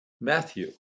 Matthew